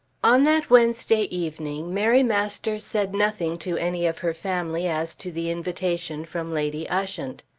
on that wednesday evening mary masters said nothing to any of her family as to the invitation from lady ushant.